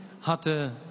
hatte